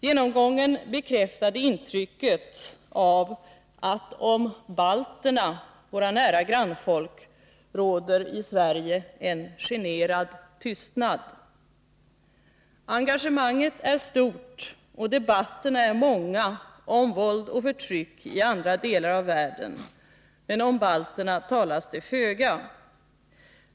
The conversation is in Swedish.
Genomgången bekräftade intrycket av att det om balterna — våra nära grannfolk — råder en generad tystnad i Sverige. Engagemanget är stort och debatterna är många om våld och förtryck i andra delar av världen, men om balterna talas det föga.